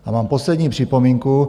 A mám poslední připomínku.